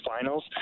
finals